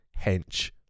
hench